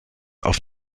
auf